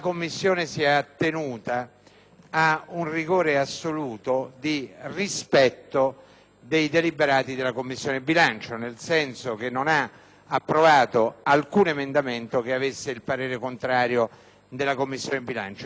a un rigore assoluto di rispetto dei deliberati della Commissione bilancio, nel senso di non aver approvato nessun emendamento che avesse il parere contrario della Commissione bilancio. Anche nel merito,